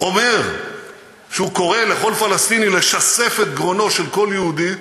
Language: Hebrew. אומר שהוא קורא לכל פלסטיני לשסף את גרונו של כל יהודי,